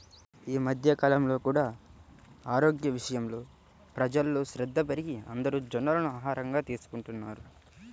ఈ మధ్య కాలంలో కూడా ఆరోగ్యం విషయంలో ప్రజల్లో శ్రద్ధ పెరిగి అందరూ జొన్నలను ఆహారంగా తీసుకుంటున్నారు